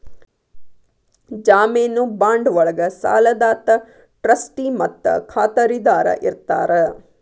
ಜಾಮೇನು ಬಾಂಡ್ ಒಳ್ಗ ಸಾಲದಾತ ಟ್ರಸ್ಟಿ ಮತ್ತ ಖಾತರಿದಾರ ಇರ್ತಾರ